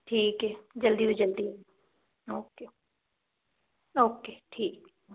ਠੀਕ ਹੈ ਜਲਦੀ ਤੋਂ ਜਲਦੀ ਓਕੇ ਓਕੇ ਠੀਕ